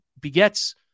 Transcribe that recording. begets